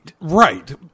Right